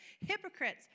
hypocrites